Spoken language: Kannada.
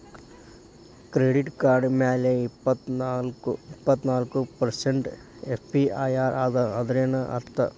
ಕೆಡಿಟ್ ಕಾರ್ಡ್ ಮ್ಯಾಲೆ ಇಪ್ಪತ್ನಾಲ್ಕ್ ಪರ್ಸೆಂಟ್ ಎ.ಪಿ.ಆರ್ ಅದ ಅಂದ್ರೇನ್ ಅರ್ಥ?